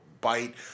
bite